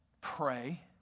Pray